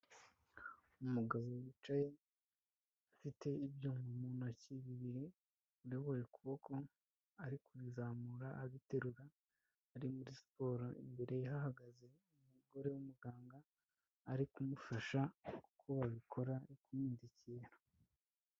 Umugabo wicaye afite ibyuma mu ntoki bibiri muri buri kuboko ari kubizamura abiterura ari muri siporo. Imbere hahagaze umugore w'umuganga ari kumufasha uko babikora amwerekera.